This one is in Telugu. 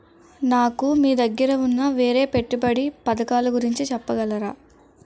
నాకు మీ దగ్గర ఉన్న వేరే పెట్టుబడి పథకాలుగురించి చెప్పగలరా?